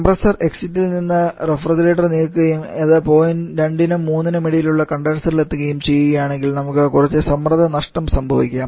compressor എക്സിറ്റിൽ നിന്ന് refrigerant നീങ്ങുകയും അത് പോയിന്റ് 2 നും 3 നും ഇടയിലുള്ള കണ്ടൻസറിലെത്തുകയും ചെയ്യുന്നുവെങ്കിൽ നമുക്ക് കുറച്ച് സമ്മർദ്ദ നഷ്ടം സംഭവിക്കാം